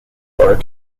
borough